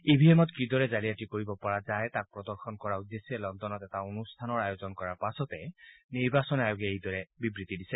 ই ভি এমত কি দৰে জালিয়াতি কৰিব পৰা যায় তাক প্ৰদৰ্শন কৰাৰ উদ্দেশ্যে লণ্ডনত এটা অনুষ্ঠানৰ আয়োজন কৰাৰ পাছতে নিৰ্বাচন আয়োগে এই দৰে বিবৃতি দিছে